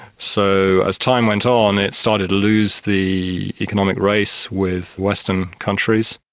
so as time went on it started to lose the economic race with western countries.